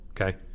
okay